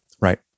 right